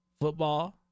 football